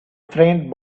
friend